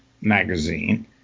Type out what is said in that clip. magazine